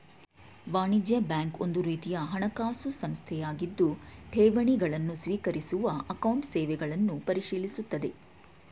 ವಾಣಿಜ್ಯ ಬ್ಯಾಂಕ್ ಒಂದುರೀತಿಯ ಹಣಕಾಸು ಸಂಸ್ಥೆಯಾಗಿದ್ದು ಠೇವಣಿ ಗಳನ್ನು ಸ್ವೀಕರಿಸುವ ಅಕೌಂಟ್ ಸೇವೆಗಳನ್ನು ಪರಿಶೀಲಿಸುತ್ತದೆ